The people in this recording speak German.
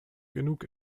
genug